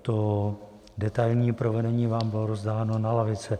To detailní provedení vám bylo rozdáno na lavice.